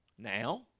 Now